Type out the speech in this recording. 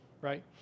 right